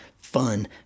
fun